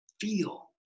Feel